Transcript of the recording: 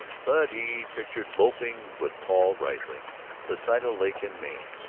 but he pictured loafing with paul riesling beside a lake in maine.